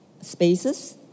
spaces